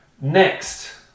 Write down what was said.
next